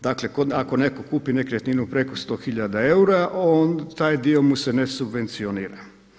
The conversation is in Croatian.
Dakle, ako netko kupi nekretninu preko 100 hiljada eura onda taj dio mu se ne subvencionira.